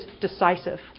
decisive